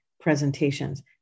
presentations